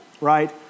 right